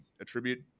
attribute